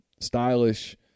Stylish